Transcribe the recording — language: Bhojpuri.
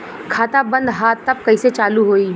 खाता बंद ह तब कईसे चालू होई?